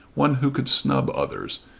one who could snub others,